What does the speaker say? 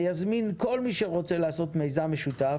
ויזמין כל מי שרוצה לעשות מיזם משותף